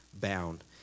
bound